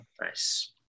Nice